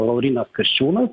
laurynas kasčiūnas